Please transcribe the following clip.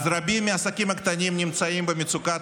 אז רבים מהעסקים הקטנים נמצאים במצוקת